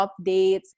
updates